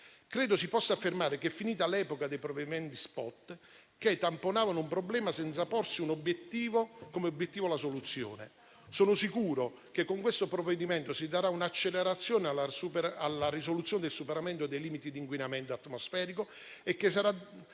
Credo si possa affermare che è finita l'epoca dei provvedimenti *spot*, che tamponavano un problema senza porsi come obiettivo la soluzione. Sono sicuro che con questo provvedimento si darà un'accelerazione alla risoluzione ed al superamento dei limiti di inquinamento atmosferico ed esso sarà